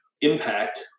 impact